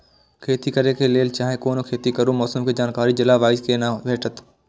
खेती करे के लेल चाहै कोनो खेती करू मौसम के जानकारी जिला वाईज के ना भेटेत?